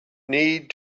need